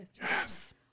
Yes